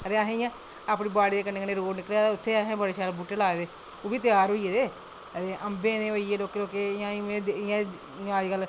ते असें इं'या अपनी बाड़ी दे कन्नै कन्नै रोड निकले दा ते उत्थें असें बड़े शैल बूह्टे लाए दे ते ओह्बी तेआर होई गेदे ते अम्बें दे होइये ते इं'या अजकल